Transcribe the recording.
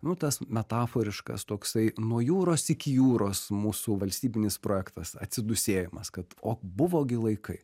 nu tas metaforiškas toksai nuo jūros iki jūros mūsų valstybinis projektas atsidūsėjimas kad o buvo gi laikai